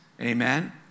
Amen